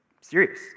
Serious